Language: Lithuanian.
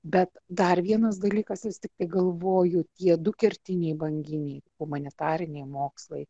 bet dar vienas dalykas vis tiktai galvoju tie du kertiniai banginiai humanitariniai mokslai